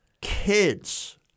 kids